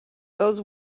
those